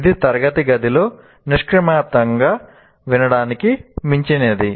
ఇది తరగతి గదిలో నిష్క్రియాత్మకంగా వినడానికి మించినది